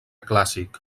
clàssic